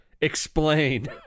Explain